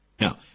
Now